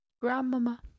Grandmama